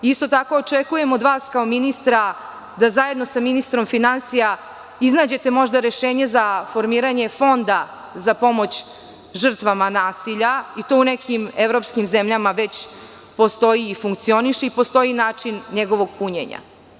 Isto tako očekujem od vas, kao ministra, da zajedno sam ministrom finansija iznađete možda rešenje za formiranje fonda za pomoć žrtvama nasilja, i to u nekim evropskim zemljama već postoji i funkcioniše i postoji način njegovog punjenja.